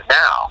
now